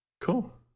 Cool